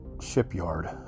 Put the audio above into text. Shipyard